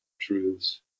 truths